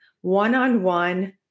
one-on-one